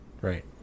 Right